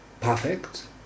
perfect